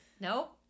Nope